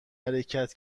حرکت